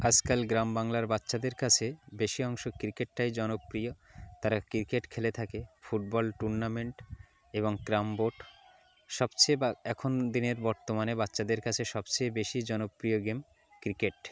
আজকাল গ্রাম বাংলার বাচ্চাদের কাছে বেশি অংশ ক্রিকেটটাই জনপ্রিয় তারা ক্রিকেট খেলে থাকে ফুটবল টুর্নামেন্ট এবং ক্রাম বোর্ড সবচেয়ে বা এখন দিনের বর্তমানে বাচ্চাদের কাছে সবচেয়ে বেশি জনপ্রিয় গেম ক্রিকেট